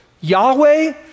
Yahweh